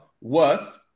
worth